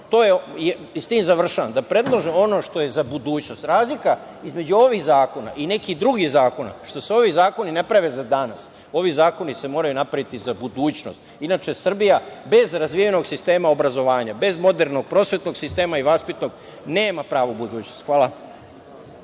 ono, i s tim završavam, što je za budućnost. Razlika između ovih zakona i nekih drugih zakona je što se ovi zakoni ne prave za danas, ovi zakoni se moraju napraviti za budućnost. Inače, Srbija bez razvijenog sistema obrazovanja, bez modernog prosvetnog sistema i vaspitnog, nema pravu budućnost. Hvala.